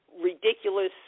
ridiculous